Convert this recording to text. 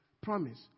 promise